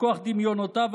כשאני מסתכל על כל הפעילות,